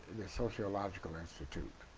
the sociological institute